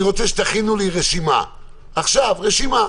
אני רוצה שתכינו לי עכשיו רשימה,